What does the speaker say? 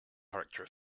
character